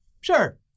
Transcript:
sure